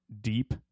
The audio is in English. deep